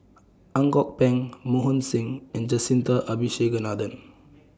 Ang Kok Peng Mohan Singh and Jacintha Abisheganaden